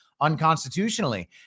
unconstitutionally